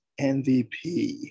MVP